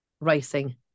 racing